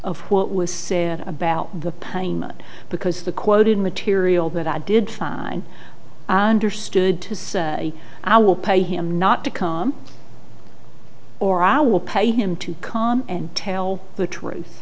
of what was said about the painting because the quoted material that i did i understood to say i will pay him not to come or i will pay him to come and tell the truth